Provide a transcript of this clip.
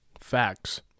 Facts